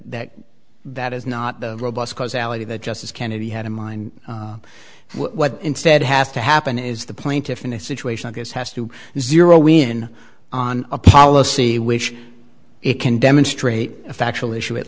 that that is not the robust causality that justice kennedy had in mind what instead has to happen is the plaintiffs in a situation i guess has to zero in on a policy which it can demonstrate a factual issue at